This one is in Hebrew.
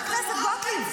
חברת הכנסת גוטליב.